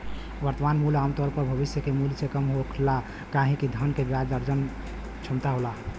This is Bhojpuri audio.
वर्तमान मूल्य आमतौर पर भविष्य के मूल्य से कम होला काहे कि धन में ब्याज अर्जन क्षमता होला